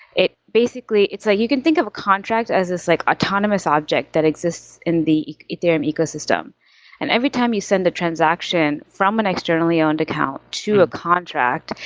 it basically it's like you can of a contract as this like autonomous object that exists in the ethereum ecosystem and every time you send a transaction from an externally owned account to a contract,